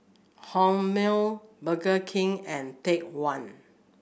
Hormel Burger King and Take One